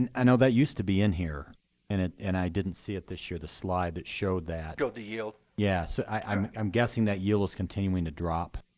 and i know that used to be in here and and i didn't see it this year, the slide that showed that. showed the yield? yeah. so i'm i'm guessing that yield is continuing to drop.